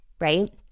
right